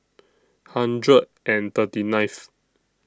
hundred and thirty ninth